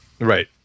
Right